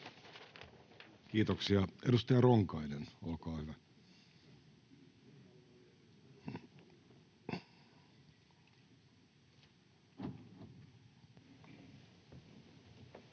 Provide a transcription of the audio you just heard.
Kiitoksia. — Edustaja Ronkainen, olkaa hyvä. Arvoisa